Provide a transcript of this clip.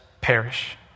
perish